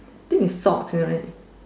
think is socks